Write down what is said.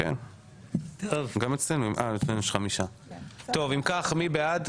אם כך מי בעד?